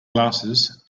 glasses